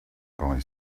boy